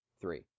Three